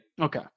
Okay